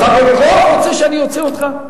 אתה רוצה שאני אוציא אותך?